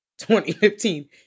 2015